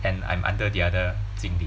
and I'm under the other 经理